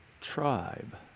tribe